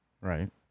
right